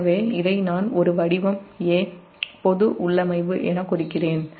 எனவே இதை நான் ஒரு வடிவம் A பொது உள்ளமைவு எனக் குறிக்கிறேன்